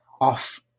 off